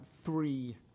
three